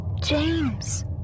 James